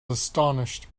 astonished